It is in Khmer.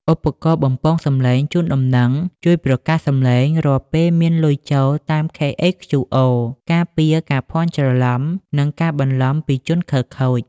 ឧបករណ៍បំពងសំឡេងជូនដំណឹង ជួយប្រកាសសំឡេងរាល់ពេលមានលុយចូលតាម KHQR ការពារការភ័ន្តច្រឡំ និងការបន្លំពីជនខិលខូច។